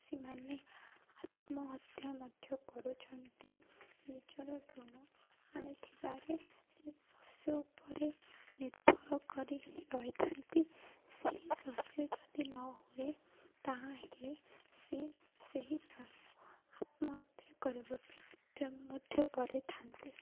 ସେମାନେ ଆତ୍ମହତ୍ୟା ମଧ୍ୟ କରୁଛନ୍ତି ନିଜର ଋଣ ଆଣିଥିବାରେ ସେ ଶସ୍ୟ ଉପରେ ନିର୍ଭର କରି ରହିଥାନ୍ତି ସେହି ଶସ୍ୟ ଯଦି ନ ହୁଏ ତା'ହେଲେ ସେ ସେହିଠାରୁ ଆତ୍ମହତ୍ୟା କରିବା ପାଇଁ ଉଦ୍ୟମ ମଧ୍ୟ କରିଥାନ୍ତି